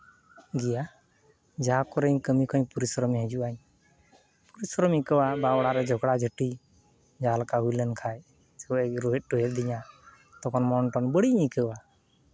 ᱜᱮᱭᱟ ᱡᱟᱦᱟᱸ ᱠᱚᱨᱮᱧ ᱠᱟᱹᱢᱤ ᱠᱷᱚᱡ ᱯᱚᱨᱤᱥᱨᱚᱢᱤᱧ ᱦᱤᱡᱩᱜᱼᱟᱹᱧ ᱯᱨᱤᱥᱨᱚᱢᱤᱧ ᱟᱹᱭᱠᱟᱹᱣᱟ ᱵᱟ ᱚᱲᱟᱜ ᱨᱮ ᱡᱷᱚᱜᱽᱲᱟ ᱡᱷᱟᱹᱴᱤ ᱡᱟᱦᱟᱸ ᱞᱮᱠᱟ ᱦᱩᱭ ᱞᱮᱱᱠᱷᱟᱡ ᱥᱮ ᱠᱚ ᱨᱳᱦᱮᱫᱼᱴᱳᱦᱮᱫᱤᱧᱟ ᱛᱚᱠᱷᱚᱱ ᱢᱚᱱᱼᱴᱚᱱ ᱵᱟᱹᱲᱤᱡ ᱤᱧ ᱟᱹᱭᱠᱟᱹᱣᱟ